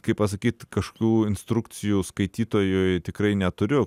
kaip pasakyt kažkokių instrukcijų skaitytojui tikrai neturiu